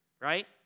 right